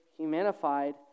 humanified